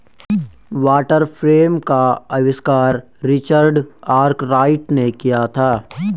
water frame का आविष्कार Richard Arkwright ने किया था